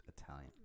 Italian